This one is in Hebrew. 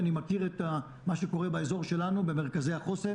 אני מכיר מה קורה במרכזי החוסן